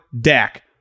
Dak